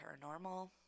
paranormal